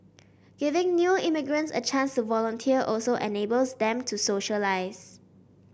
giving new immigrants a chance to volunteer also enables them to socialize